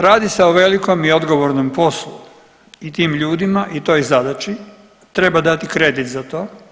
Radi se o velikom i odgovornom poslu i tim ljudima i toj zadaći treba dati kredit za to.